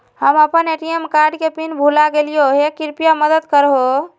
हम अप्पन ATM card के पिन भुला गेलिओ हे कृपया मदद कर हो